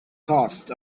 caused